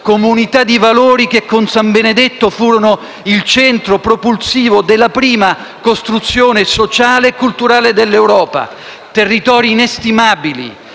comunità di valori che con San Benedetto furono il centro propulsivo della prima costruzione sociale e culturale d'Europa; territori inestimabili,